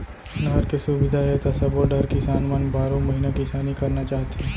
नहर के सुबिधा हे त सबो डहर किसान मन बारो महिना किसानी करना चाहथे